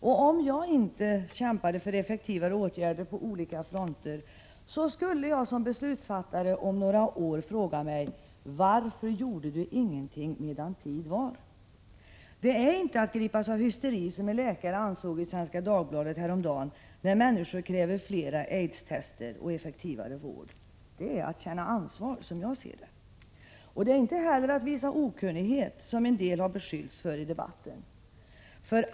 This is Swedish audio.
Om jag som beslutsfattare inte nu kämpade för effektivare åtgärder på olika fronter skulle jag om något år fråga mig: Varför gjorde jag ingenting medan tid var? Man kan inte tala om att människor grips av hysteri, som en läkare skrev i ett uttalande i Svenska Dagbladet häromdagen, när de kräver flera aidstester och effektivare vård. Att kräva det är att känna ansvar. Det är inte heller att visa okunnighet, som en del har beskyllts för i debatten.